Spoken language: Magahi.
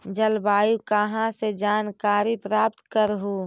जलवायु कहा से जानकारी प्राप्त करहू?